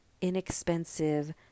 inexpensive